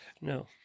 No